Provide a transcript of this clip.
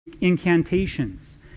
incantations